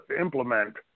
implement